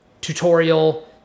tutorial